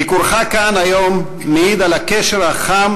ביקורך כאן היום מעיד על הקשר החם